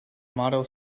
model